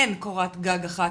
אין קורת גג אחת.